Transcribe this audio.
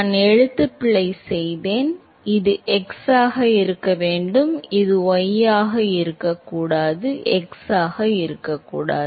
நான் எழுத்துப்பிழை செய்தேன் இது x ஆக இருக்க வேண்டும் இது y ஆக இருக்கக்கூடாது x ஆக இருக்கக்கூடாது